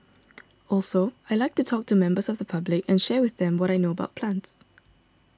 also I like to talk to members of the public and share with them what I know about plants